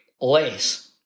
less